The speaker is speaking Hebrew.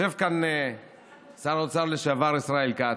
יושב כאן שר האוצר לשעבר ישראל כץ,